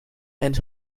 and